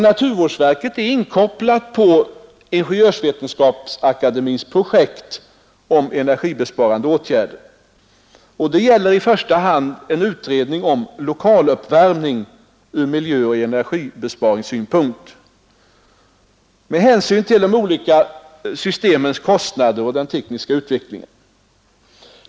Naturvårdsverket är inkopplat på Ingenjörsvetenskap sakademiens projekt om energibesparande åtgärder. Det gäller i första hand en utredning om lokaluppvärmning ur miljöoch energibesparingssynpunkt med hänsyn till de olika systemens kostnader och den tekniska utvecklingen.